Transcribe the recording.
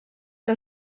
que